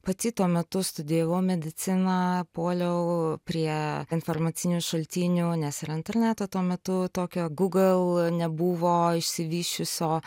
pati tuo metu studijavau mediciną puoliau prie informacinių šaltinių nes ir interneto tuo metu tokio google nebuvo išsivysčiusio